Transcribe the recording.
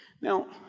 Now